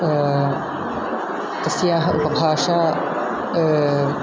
तस्याः उपभाषा